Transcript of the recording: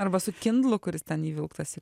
arba su kindlu kuris ten įvilktas į